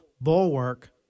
bulwark